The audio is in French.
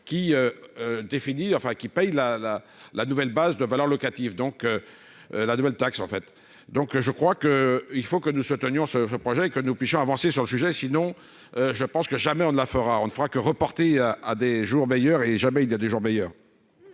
qui paye la la la nouvelle base de valeur locative donc la nouvelle taxe, en fait, donc je crois que il faut que nous soutenions ce projet que nous puissions avancer sur le sujet, sinon je pense que jamais on ne la fera, on ne fera que reporter à des jours meilleurs et jamais il y a des jours meilleurs.